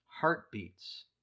heartbeats